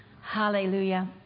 Hallelujah